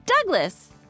Douglas